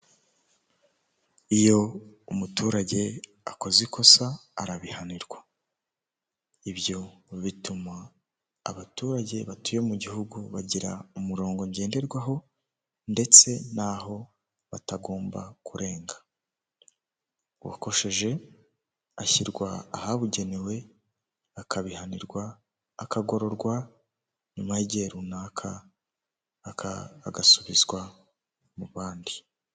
Iyo umuturage akoze ikosa arabihanirwa, ibyo bituma abaturage batuye mu gihugu bagira umurongo ngenderwaho ndetse naho batagomba kurenga, uwakosheje ashyirwa ahabugenewe, akabihanirwa, akagororwa, nyuma y'igihe runaka agasubizwa mu bandi.